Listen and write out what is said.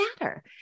matter